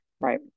Right